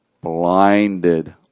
blinded